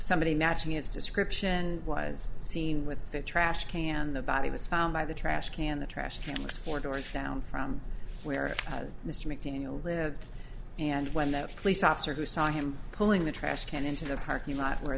somebody matching his description was seen with the trash can the body was found by the trash can the trash is four doors down from where mr mcdaniel lived and when that police officer who saw him pulling the trash can into the parking lot where